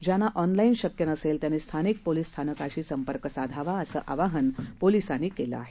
ज्यांना ऑनलाईन शक्य नसेल त्यांनी स्थानिक पोलीस स्थानकाशी संपर्क साधावा असं आवाहन पोलिसांनी केलं आहे